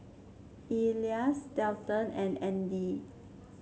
Elias Dalton and Andy